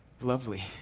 lovely